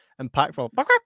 impactful